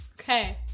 Okay